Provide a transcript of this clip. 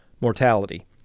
mortality